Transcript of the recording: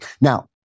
Now